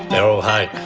beryl hoke,